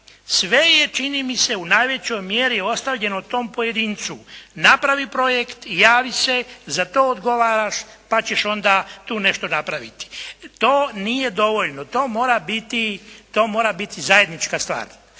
sve je čini mi se u najvećoj mjeri ostavljeno tom pojedincu napravi projekt, javi se, za to odgovaraš pa ćeš onda tu nešto napraviti. To nije dovoljno. To mora biti zajednička stvar.